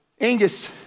Angus